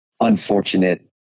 unfortunate